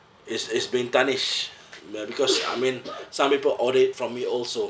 it's it's been tarnished uh because I mean some people order it from me also